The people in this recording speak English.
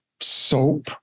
soap